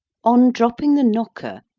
on dropping the knocker,